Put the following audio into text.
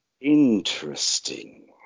Interesting